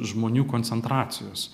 žmonių koncentracijos